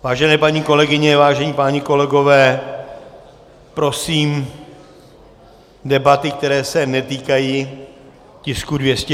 Vážené paní kolegyně, vážení páni kolegové, prosím debaty, které se netýkají tisku 204, v předsálí.